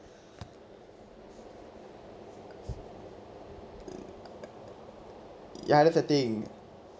ya that's the thing